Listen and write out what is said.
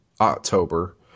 October